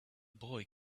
boy